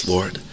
Lord